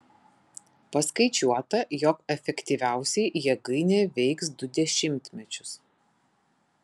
paskaičiuota jog efektyviausiai jėgainė veiks du dešimtmečius